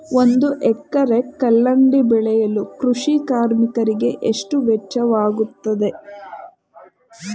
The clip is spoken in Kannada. ಒಂದು ಎಕರೆ ಕಲ್ಲಂಗಡಿ ಬೆಳೆಯಲು ಕೃಷಿ ಕಾರ್ಮಿಕರಿಗೆ ಎಷ್ಟು ವೆಚ್ಚವಾಗುತ್ತದೆ?